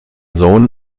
sohn